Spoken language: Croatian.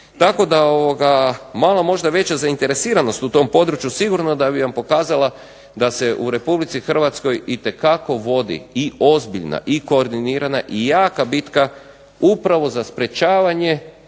tako da malo je možda veća zainteresiranost u tom području sigurno da bi vam pokazala da se u Republici Hrvatskoj itekako vodi i ozbiljna i koordinirana i jaka bitka upravo za sprječavanje